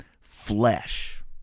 flesh